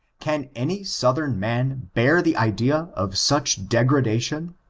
can any southern man bear the idea of such degradation?